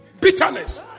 Bitterness